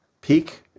peak